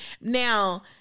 Now